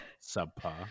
subpar